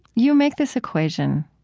you make this equation,